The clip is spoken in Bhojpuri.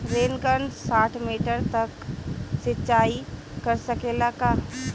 रेनगन साठ मिटर तक सिचाई कर सकेला का?